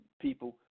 people